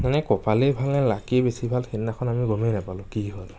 মানে কপালেই ভালনে লাকে বেছি ভাল সেইদিনাখন আমি গমেই নাপালোঁ কি হ'ল